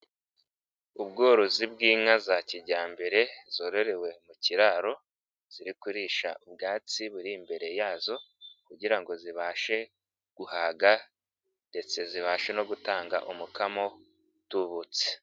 Ubworozi bw'inka za kijyambere zororewe mu kiraro ziri kurisha ubwatsi buri imbere yazo kugira ngo zibashe guhaga ndetse zibashe no gutanga umukamo utubutse.